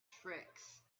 tricks